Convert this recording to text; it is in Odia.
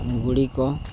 ଗୁଡ଼ିିକ